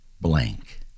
blank